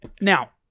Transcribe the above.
Now